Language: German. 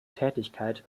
tätigkeit